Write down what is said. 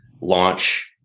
launch